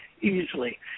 easily